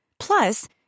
Plus